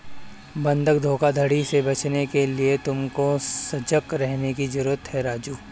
बंधक धोखाधड़ी से बचने के लिए तुमको सजग रहने की जरूरत है राजु